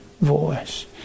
voice